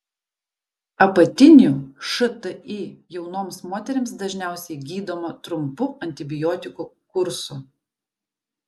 apatinių šti jaunoms moterims dažniausiai gydoma trumpu antibiotikų kursu